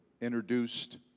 introduced